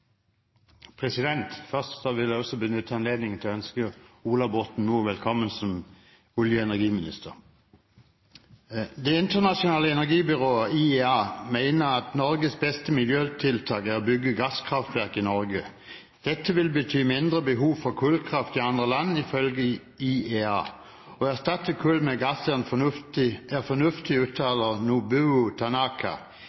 tilbake. Først vil jeg benytte anledningen til å ønske Ola Borten Moe velkommen som olje- og energiminister. «Det internasjonale energibyrået, IEA, mener at Norges beste miljøtiltak er å bygge gasskraftverk i Norge. Dette vil bety mindre behov for kullkraft i andre land, ifølge IEA. Å erstatte kull med gass er fornuftig,